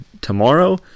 tomorrow